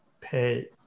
pay